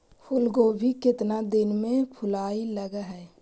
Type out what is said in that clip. फुलगोभी केतना दिन में फुलाइ लग है?